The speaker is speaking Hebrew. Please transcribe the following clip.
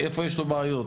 איפה יש לו בעיות.